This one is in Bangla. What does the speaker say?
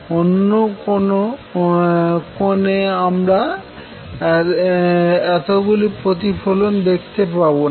অন্য কোনো কোনে আমরা আমরা এতগুলি প্রতিফলন দেখতে পাবো না